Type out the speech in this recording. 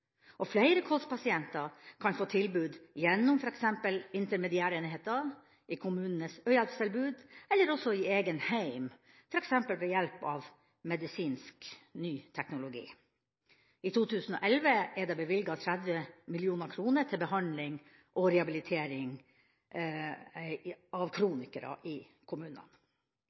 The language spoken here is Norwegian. Og flere kolspasienter kan få tilbud gjennom f.eks. intermediærenheter, i kommunenes ø-hjelpstilbud eller også i egen heim, f.eks. ved hjelp av ny medisinsk teknologi. I 2011 er det bevilget 30 mill. kr til behandling og rehabilitering av kronikere i